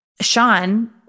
Sean